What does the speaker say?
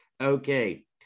Okay